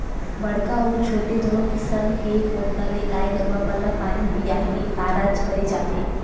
बड़का अउ छोटे दूनो किसम के कोटना ले गाय गरुवा मन ल पानी पीया के कारज करे जाथे